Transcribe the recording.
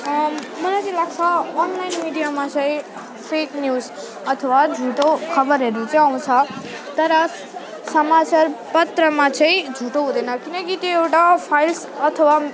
मलाई चाहिँ लाग्छ अनलाइन मिडियामा चाहिँ फेक न्युज अथवा झुटो खबरहरू चाहिँ आउँछ तर समाचार पत्रमा चाहिँ झुटो हुँदैन किनकि त्यो एउटा फाइल्स अथवा